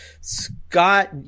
Scott